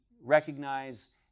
recognize